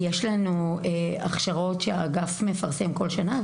יש לנו הכשרות שהאגף מפרסם בכל שנה.